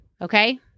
okay